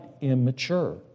immature